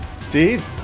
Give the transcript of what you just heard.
Steve